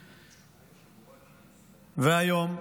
והיום,